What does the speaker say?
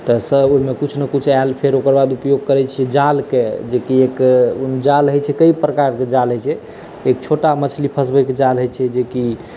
तऽ सब ओहिमे किछु नहि किछु आएल फेर ओकर बाद उपयोग करै छिए जालके जेकि एक जाल होइ छै कएक प्रकारके जाल होइ छै एक छोटा मछली फँसबैके जाल होइ छै जेकि